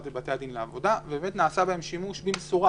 ולבתי הדין לעבודה ונעשה בהן שימוש במשורה,